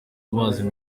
amazi